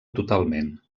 totalment